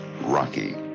Rocky